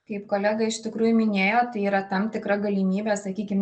kaip kolega iš tikrųjų minėjo tai yra tam tikra galimybė sakykim